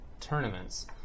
tournaments